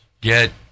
get